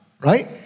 right